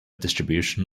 distribution